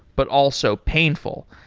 but also painful.